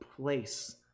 place